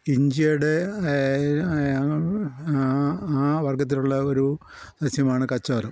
ഇഞ്ചിയുടെ ആ വർഗത്തിലുള്ള ഒരു സസ്യമാണ് കച്ചോലം